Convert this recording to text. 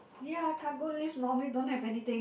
ya cargo lifts normally don't have anything